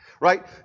Right